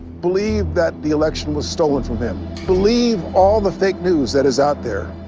believe that the election was stolen from him. believe all the fake news that is out there.